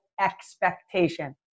expectation